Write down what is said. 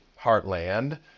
heartland